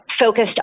focused